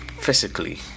physically